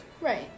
right